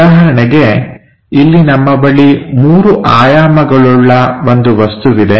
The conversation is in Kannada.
ಉದಾಹರಣೆಗೆ ಇಲ್ಲಿ ನಮ್ಮ ಬಳಿ ಮೂರು ಆಯಾಮಗಳುಳ್ಳ ಒಂದು ವಸ್ತುವಿದೆ